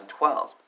2012